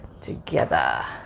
together